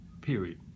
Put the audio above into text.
Period